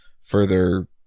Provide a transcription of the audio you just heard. further